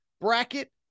bracket